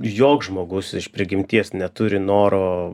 joks žmogus iš prigimties neturi noro